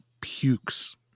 pukes